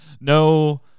No